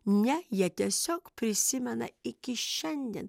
ne jie tiesiog prisimena iki šiandien